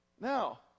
Now